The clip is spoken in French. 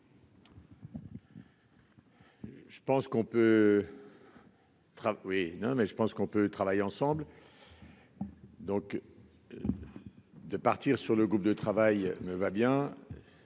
je pense qu'on peut travailler ensemble. Donc de partir sur le groupe de travail me va bien,